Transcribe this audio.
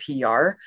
PR